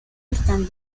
están